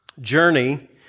journey